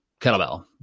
kettlebell